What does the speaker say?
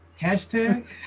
hashtag